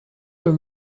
were